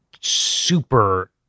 super